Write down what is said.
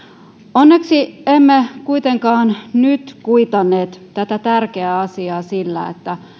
onneksi emme kuitenkaan nyt kuitanneet tätä tärkeää asiaa sillä että